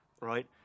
Right